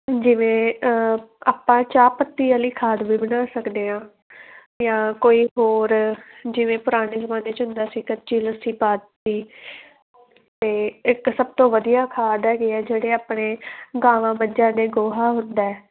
ਜਿਵੇਂ ਆਪਾਂ ਚਾਹ ਪੱਤੀ ਵਾਲੀ ਖਾਦ ਵੀ ਬਣਾ ਸਕਦੇ ਹਾਂ ਜਾਂ ਕੋਈ ਹੋਰ ਜਿਵੇਂ ਪੁਰਾਣੇ ਜ਼ਮਾਨੇ 'ਚ ਹੁੰਦਾ ਸੀ ਕੱਚੀ ਲੱਸੀ ਪਾਤੀ ਅਤੇ ਇੱਕ ਸਭ ਤੋਂ ਵਧੀਆ ਖਾਦ ਹੈਗੇ ਆ ਜਿਹੜੇ ਆਪਣੇ ਗਾਵਾਂ ਮੱਝਾਂ ਦਾ ਗੋਹਾ ਹੁੰਦਾ